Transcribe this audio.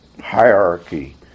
hierarchy